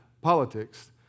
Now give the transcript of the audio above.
politics